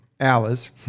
hours